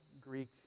Greek